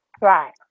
Right